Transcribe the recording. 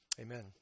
Amen